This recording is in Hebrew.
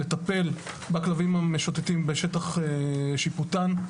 לטפל בכלבים המשוטטים בשטח שיפוטן.